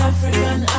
African